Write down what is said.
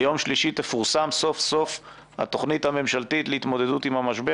ביום שלישי תפורסם סוף-סוף התוכנית הממשלתית הכוללת להתמודדות עם המשבר?